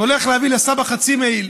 והולך להביא לו חצי מעיל.